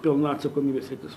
pilna atsakomybės sritis